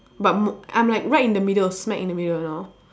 but more I'm like right in the middle smack in the middle now